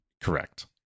Correct